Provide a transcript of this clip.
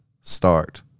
start